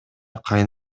кайын